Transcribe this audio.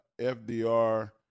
FDR